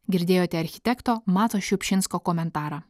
girdėjote architekto mato šiupšinsko komentarą